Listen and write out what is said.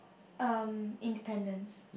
um independence